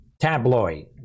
Tabloid